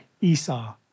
Esau